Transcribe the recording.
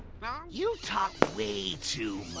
but you talk way too